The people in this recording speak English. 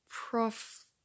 prof